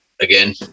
again